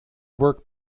work